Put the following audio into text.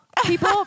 People